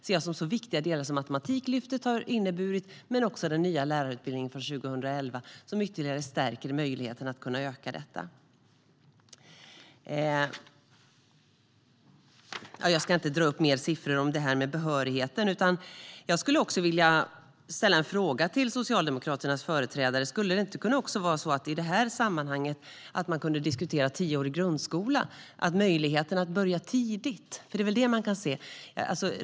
Det är viktiga delar som Matematiklyftet men också den nya lärarutbildningen från 2011 har inneburit. Det stärker ytterligare möjligheten att kunna öka detta. Jag ska inte ta upp fler siffror om behörigheten. Jag skulle vilja ställa en fråga till Socialdemokraternas företrädare. Kan man inte i det här sammanhanget också diskutera tioårig grundskola och möjligheten att börja tidigt?